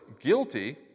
guilty